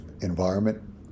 environment